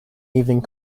evening